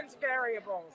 variables